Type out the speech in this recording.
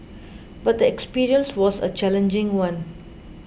but the experience was a challenging one